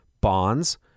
bonds